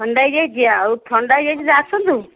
ଥଣ୍ଡା ହେଇଯାଇଛି ଆଉ ଥଣ୍ଡା ହେଇଯାଇଛି ଯେ ଆସନ୍ତୁ